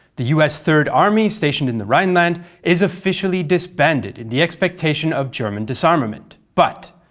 the us third army stationed in the rhineland is officially disbanded in the expectation of german disarmament. but,